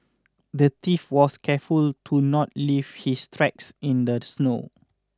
the thief was careful to not leave his tracks in the snow